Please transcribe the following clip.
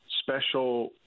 special